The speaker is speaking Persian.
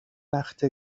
وقته